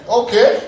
okay